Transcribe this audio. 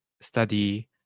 study